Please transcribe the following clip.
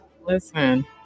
listen